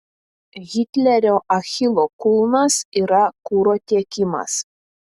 hitlerio achilo kulnas yra kuro tiekimas